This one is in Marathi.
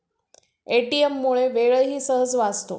ए.टी.एम मुळे वेळही सहज वाचतो